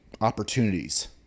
opportunities